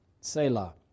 Selah